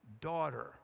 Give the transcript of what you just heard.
daughter